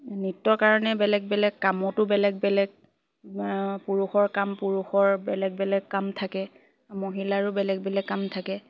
নৃত্যৰ কাৰণে বেলেগ বেলেগ কামতো বেলেগ বেলেগ পুৰুষৰ কাম পুৰুষৰ বেলেগ বেলেগ কাম থাকে মহিলাৰো বেলেগ বেলেগ কাম থাকে